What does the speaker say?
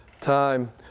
time